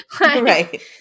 Right